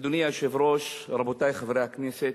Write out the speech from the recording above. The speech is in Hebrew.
אדוני היושב-ראש, רבותי חברי הכנסת,